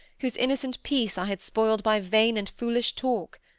whose innocent peace i had spoiled by vain and foolish talk.